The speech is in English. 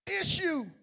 issue